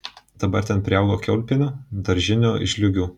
dabar ten priaugo kiaulpienių daržinių žliūgių